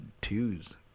twos